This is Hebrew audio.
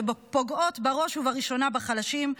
שפוגעות בראש ובראשונה בחלשים.